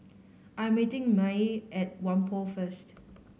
I'm meeting Mae at Whampoa first